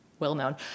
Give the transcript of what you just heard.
well-known